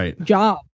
job